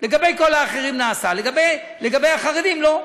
לגבי כל האחרים נעשה, לגבי החרדים, לא.